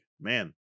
man